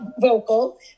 vocal